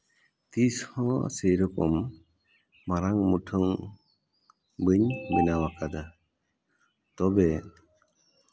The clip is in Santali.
ᱛᱤᱥᱦᱚᱸ ᱥᱮᱨᱚᱠᱚᱢ ᱢᱟᱨᱟᱝ ᱢᱩᱴᱷᱟᱹᱱ ᱵᱟᱹᱧ ᱵᱮᱱᱟᱣ ᱟᱠᱟᱫᱟ ᱛᱚᱵᱮ